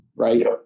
right